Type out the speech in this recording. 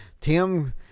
Tim